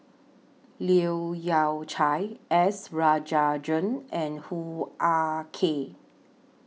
Leu Yew Chye S Rajendran and Hoo Ah Kay